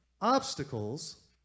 Obstacles